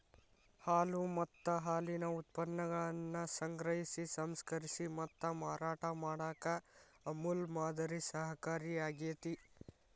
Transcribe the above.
ಹಾಲು ಮತ್ತ ಹಾಲಿನ ಉತ್ಪನ್ನಗಳನ್ನ ಸಂಗ್ರಹಿಸಿ, ಸಂಸ್ಕರಿಸಿ ಮತ್ತ ಮಾರಾಟ ಮಾಡಾಕ ಅಮೂಲ್ ಮಾದರಿ ಸಹಕಾರಿಯಾಗ್ಯತಿ